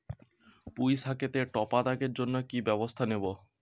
পুই শাকেতে টপা দাগের জন্য কি ব্যবস্থা নেব?